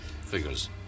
figures